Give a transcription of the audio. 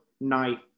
night